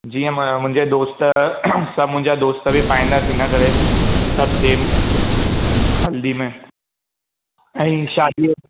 जीअं मां मुंहिंजे दोस्त सभु मुंहिंजा दोस्त बि पाईंदासीं इनकरे सभु सेम हल्दीअ में ऐं शादीअ